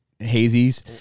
hazies